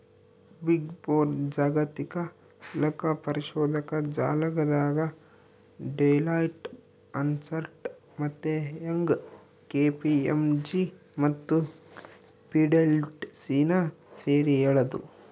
big four ಜಾಗತಿಕ ಲೆಕ್ಕಪರಿಶೋಧಕ ಜಾಲಗಳಾದ ಡೆಲಾಯ್ಟ್, ಅರ್ನ್ಸ್ಟ್ ಮತ್ತೆ ಯಂಗ್, ಕೆ.ಪಿ.ಎಂ.ಜಿ ಮತ್ತು ಪಿಡಬ್ಲ್ಯೂಸಿನ ಸೇರಿ ಹೇಳದು